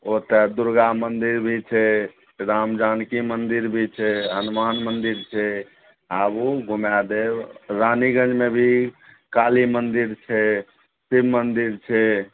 ओतऽ दुर्गा मंदिर भी छै राम जानकी मन्दिर भी छै हनुमान मंदिर छै आबू घुमा देब रानीगंजमे भी काली मन्दिर छै शिव मंदिर छै